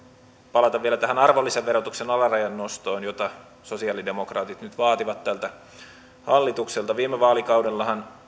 palata tähän arvonlisäverotuksen alarajan nostoon jota sosialidemokraatit nyt vaativat tältä hallitukselta viime vaalikaudellahan